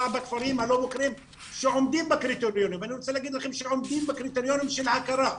בכפרים הלא מוכרים שעומדים בקריטריונים של הכרה.